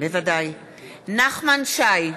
מצביעה תודה.